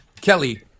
Kelly